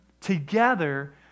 Together